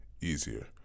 easier